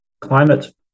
climate